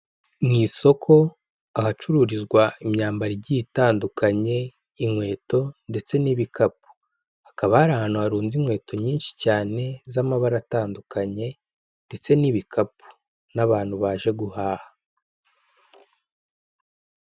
Mu isoko ahacururizwa imyambaro igiye itandukanye, inkweto ndetse n'ibikapu. Hakaba hari ahantu harunze inkweto nyinshi cyane z'amabara atandukanye ndetse n'ibikapu n'abantu baje guhaha.